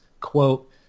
quote